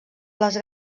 les